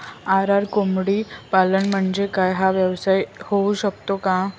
RR कोंबडीपालन म्हणजे काय? हा व्यवसाय होऊ शकतो का?